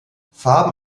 farben